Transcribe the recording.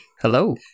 Hello